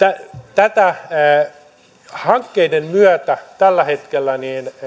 hankkeiden myötä tällä hetkellä